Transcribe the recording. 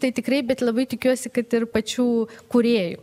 tai tikrai bet labai tikiuosi kad ir pačių kūrėjų